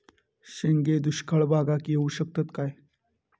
शेंगे दुष्काळ भागाक येऊ शकतत काय?